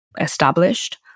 established